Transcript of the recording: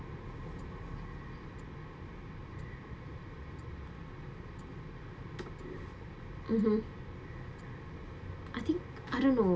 mmhmm I think I don't know